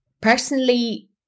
personally